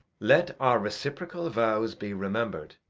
let our reciprocal vows be rememb'red.